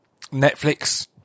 Netflix